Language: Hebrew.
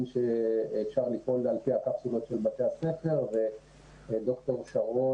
שאפשר לפעול על פי הקפסולות של בתי הספר וד"ר שרון